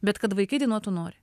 bet kad vaikai dainuotų nori